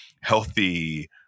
healthy